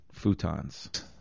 futons